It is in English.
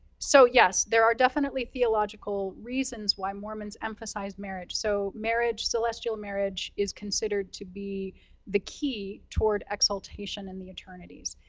so, yes, there are definitely theological reasons why mormons emphasize marriage. so marriage, celestial marriage is considered to be the key toward exaltation in the eternities.